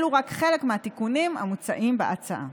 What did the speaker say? אלו רק חלק מהתיקונים המוצעים בהצעה.